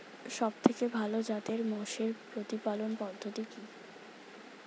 সবথেকে ভালো জাতের মোষের প্রতিপালন পদ্ধতি কি?